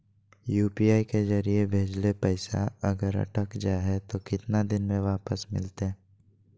UPI के जरिए भजेल पैसा अगर अटक जा है तो कितना दिन में वापस मिलते?